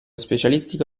specialistico